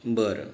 बरं